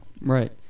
right